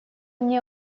мне